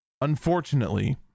Unfortunately